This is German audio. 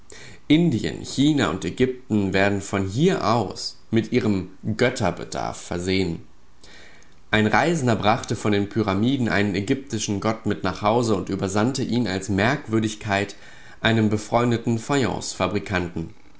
indien china und ägypten werden von hier aus mit ihrem götter bedarf versehen ein reisender brachte von den pyramiden einen ägyptischen gott mit nach hause und übersandte ihn als merkwürdigkeit einem befreundeten